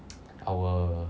our